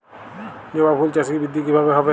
জবা ফুল চাষে বৃদ্ধি কিভাবে হবে?